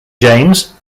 james